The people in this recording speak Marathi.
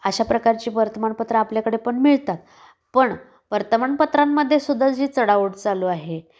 अशा प्रकारची वर्तमानपत्र आपल्याकडे पण मिळतात पण वर्तमानपत्रांमध्ये सुद्धा जी चढाओढ चालू आहे